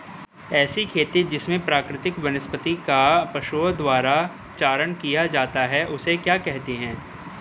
ऐसी खेती जिसमें प्राकृतिक वनस्पति का पशुओं द्वारा चारण किया जाता है उसे क्या कहते हैं?